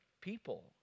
people